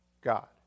God